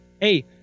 Hey